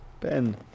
Ben